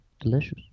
Delicious